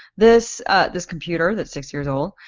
this this computer that's six years old,